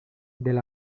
del